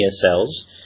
cells